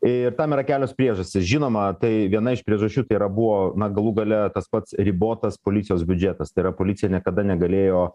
ir tam yra kelios priežastys žinoma tai viena iš priežasčių tai yra buvo na galų gale tas pats ribotas policijos biudžetas tai yra policija niekada negalėjo